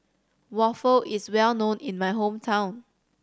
waffle is well known in my hometown